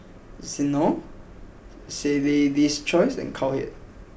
Xndo say Lady's Choice and Cowhead